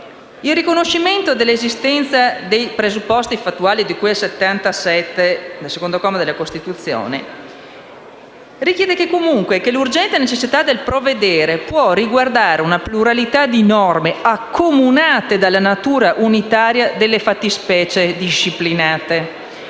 il riconoscimento dell'esistenza dei presupposti fattuali, di cui all'articolo 77, secondo comma, della Costituzione richiede comunque che «l'urgente necessità del provvedere può riguardare una pluralità di norme accomunate dalla natura unitaria delle fattispecie disciplinate,